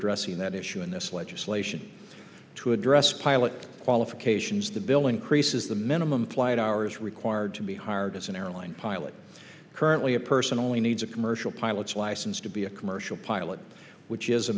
dressing that issue in this legislation to address pilot qualifications the bill increases the minimum flight hours required to be hired as an airline pilot currently a person only needs a commercial pilot's license to be a commercial pilot which is a